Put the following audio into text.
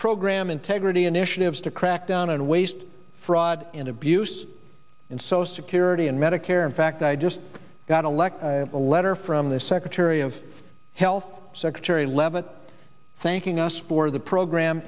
program integrity initiatives to crack down on waste fraud and abuse and so security and medicare in fact i just got elected a letter from the secretary of health secretary leavitt thanking us for the program